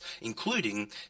including